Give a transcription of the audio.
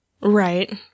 Right